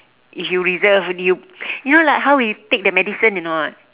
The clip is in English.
if you reserve you you know like how we take the medicine or not